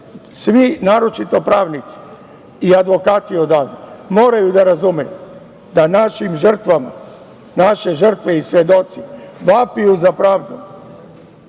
svi, naročito pravnici i advokati odavde, moraju da razumeju da naše žrtve i svedoci vapaju za pravdom.